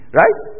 right